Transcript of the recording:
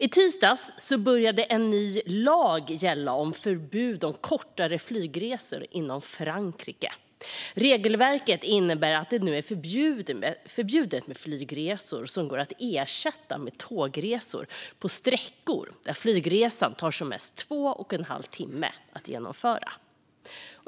I tisdags började en ny lag om förbud mot kortare flygresor inom Frankrike att gälla. Regelverket innebär att det nu är förbjudet med flygresor som går att ersätta med tågresor på sträckor där flygresan tar som mest två och en halv timme att genomföra.